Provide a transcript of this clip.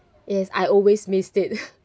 yes I always missed it